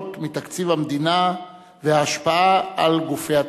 תמיכות מתקציב המדינה וההשפעה על גופי התרבות.